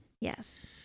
yes